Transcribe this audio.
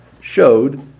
showed